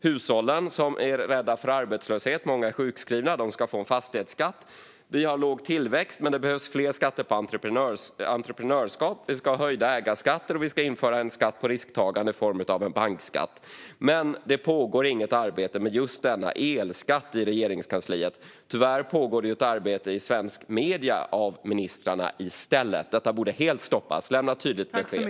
Hushållen, som är rädda för arbetslöshet och där många är sjukskrivna, ska få en fastighetsskatt. Vi har låg tillväxt, men det behövs fler skatter på entreprenörskap. Vi ska ha höjda ägarskatter, och vi ska införa en skatt på risktagande i form av en bankskatt. Det pågår dock inget arbete med just denna elskatt i Regeringskansliet. Tyvärr pågår det ett arbete i svenska medier av ministrarna i stället. Detta borde helt stoppas. Lämna tydligt besked!